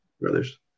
brothers